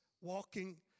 walking